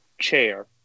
chair